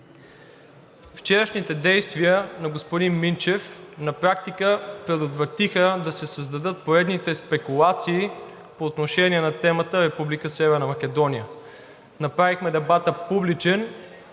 вчерашните действия на господин Минчев на практика предотвратиха да се създадат поредните спекулации по отношение на темата „Република Северна Македония“. Направихме дебата публичен